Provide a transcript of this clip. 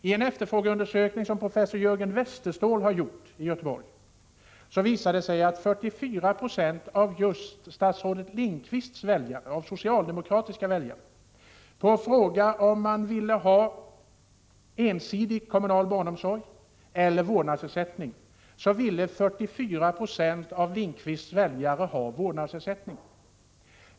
I en efterfrågeundersökning som professor Jörgen Westerståhl har gjort i Göteborg visade det sig att 44 70 av just statsrådet Lindqvists väljare, socialdemokratiska väljare, på frågan om de ville ha ensidig kommunal barnomsorg eller vårdnadsersättning svarade att de ville ha vårdnadsersättning.